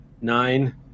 nine